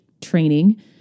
training